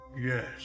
Yes